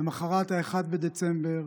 למוחרת, 1 בדצמבר,